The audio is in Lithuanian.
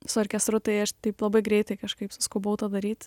su orkestru tai aš taip labai greitai kažkaip suskubau tą daryt